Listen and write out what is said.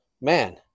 man